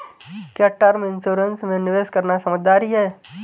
क्या term insurance में निवेश करना समझदारी है?